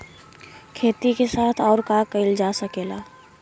खेती के साथ अउर का कइल जा सकेला?